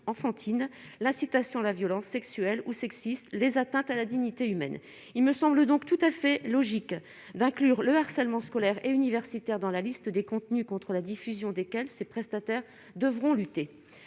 enfantine, l'incitation à la violence sexuelle ou sexiste, les atteintes à la dignité humaine, il me semble donc tout à fait logique d'inclure le harcèlement scolaire et universitaire dans la liste des contenus contre la diffusion desquels ces prestataires devront lutter,